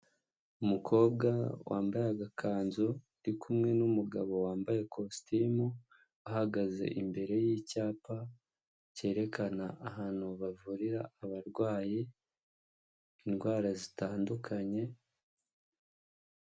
Umukobwa wambaye agakanzu ari kumwe n'umugabo wambaye ikositimu, ahagaze imbere y'icyapa cyerekana ahantu bavurira abarwayi indwara zitandukanye.